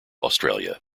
australia